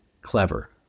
clever